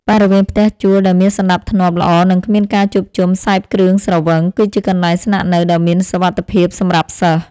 បរិវេណផ្ទះជួលដែលមានសណ្តាប់ធ្នាប់ល្អនិងគ្មានការជួបជុំសេពគ្រឿងស្រវឹង គឺជាកន្លែងស្នាក់នៅដ៏មានសុវត្ថិភាពសម្រាប់សិស្ស។